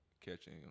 catching